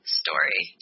story